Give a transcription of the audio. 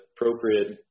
appropriate